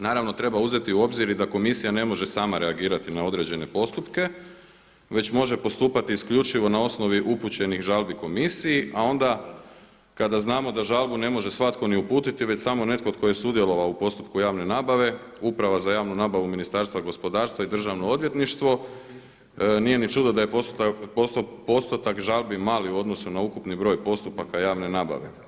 Naravno treba uzeti u obzir i da komisija ne može sama reagirati na određene postupke već može postupati isključivo na osnovi upućeni žalbi komisiji, a onda kada znamo da žalbu ne može svatko ni uputiti već samo netko tko je sudjelovao u postupku javne nabave, Uprava za javnu nabavu u Ministarstva gospodarstva i Državno odvjetništvo nije ni čudo da je postotak žalbi mali u odnosu na ukupni broj postupaka javne nabave.